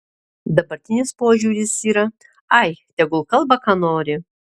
dabartinis požiūris yra ai tegul kalba ką nori